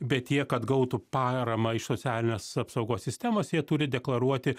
bet jie kad gautų paramą iš socialinės apsaugos sistemos jie turi deklaruoti